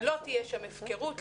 לא תהיה שם הפקרות,